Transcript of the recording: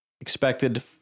expected